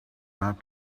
not